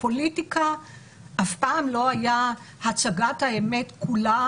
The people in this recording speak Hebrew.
פוליטיקה אף פעם לא היה הצגת האמת כולה